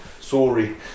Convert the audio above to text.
Sorry